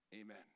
Amen